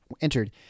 entered